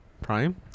Prime